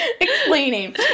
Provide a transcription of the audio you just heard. Explaining